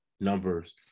Numbers